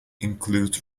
include